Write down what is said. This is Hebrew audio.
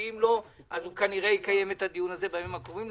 ואם לא אז הוא כנראה יקיים את הדיון הזה בימים הקרובים,